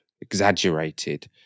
exaggerated